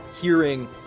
hearing